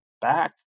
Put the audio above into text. back